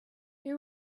who